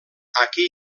aquí